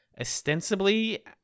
ostensibly